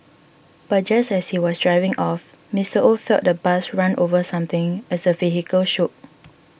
but just as he was driving off Mister Oh felt the bus run over something as the vehicle shook